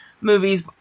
movies